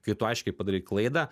kai tu aiškiai padarei klaidą